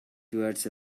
towards